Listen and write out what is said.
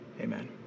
Amen